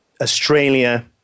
Australia